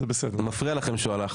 מפריע לכם שהוא הלך.